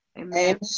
Amen